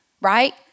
right